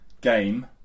Game